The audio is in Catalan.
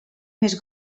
més